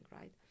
right